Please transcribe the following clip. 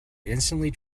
instantly